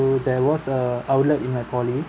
there was a outlet in my poly